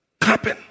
clapping